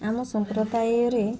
ଆମ ସମ୍ପ୍ରଦାୟରେ